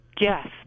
Yes